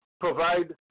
provide